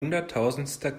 hunderttausendster